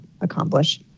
accomplish